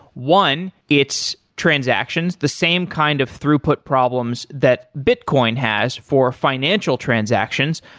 one it's transactions. the same kind of throughput problems that bitcoin has for financial transactions,